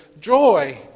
joy